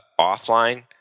offline